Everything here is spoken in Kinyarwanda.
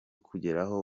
kugeraho